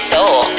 Soul